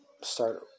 start